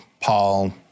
Paul